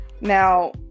Now